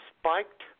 Spiked